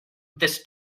this